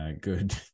Good